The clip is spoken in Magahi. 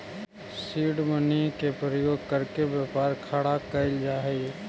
सीड मनी के प्रयोग करके व्यापार खड़ा कैल जा हई